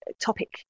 topic